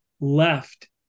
left